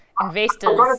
investors